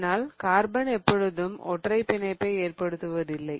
ஆனால் கார்பன் எப்பொழுதும் ஒற்றைப் பிணைப்பை ஏற்படுத்துவதில்லை